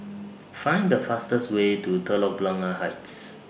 Find The fastest Way to Telok Blangah Heights